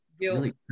guilt